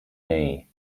day